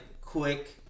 quick